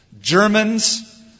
Germans